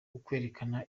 ukwerekana